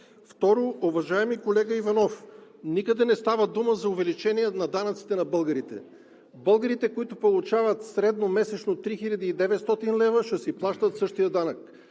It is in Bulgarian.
Второ, уважаеми колега Иванов, никъде не става дума за увеличение на данъците на българите. Българите, които получават средномесечно 3900 лв., ще си плащат същия данък.